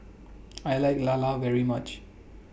I like Lala very much